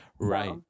Right